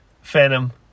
Phantom